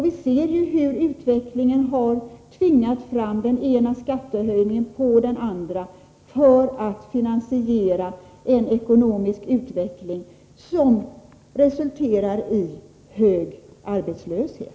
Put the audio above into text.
Vi ser ju hur utvecklingen har tvingat fram den ena skattehöjningen efter den andra för att finansiera en ekonomisk utveckling som resulterar i hög arbetslöshet.